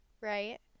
right